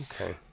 Okay